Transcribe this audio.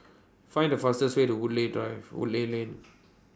Find The fastest Way to Woodleigh Drive Woodleigh Lane